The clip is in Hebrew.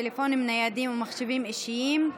טלפונים ניידים ומחשבים אישיים),